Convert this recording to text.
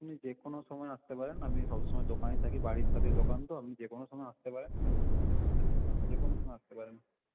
আপনি যে কোনো সময় আসতে পারেন আমি সবসময় দোকানেই থাকি বাড়ির সাথেই দোকান তো আপনি যে কোনো সময় আসতে পারেন কোনো অসুবিধা হবে না আপনি যে কোনো সময় আসতে পারেন